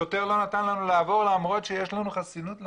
שוטר לא נתן לנו לעבור במחסום למרות שיש לנו חסינות .